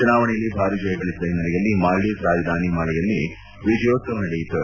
ಚುನಾವಣೆಯಲ್ಲಿ ಭಾರಿ ಜಯಗಳಿಸಿದ ಹಿನ್ನೆಲೆಯಲ್ಲಿ ಮಾಲ್ವೀವ್ಸ್ ರಾಜಧಾನಿ ಮಾಲೆಯಲ್ಲಿ ವಿಜಯೋತ್ಲವ ನಡೆಯಿತು